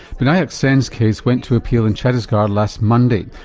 binayak sen's case went to appeal in chattisgarh last monday.